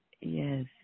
Yes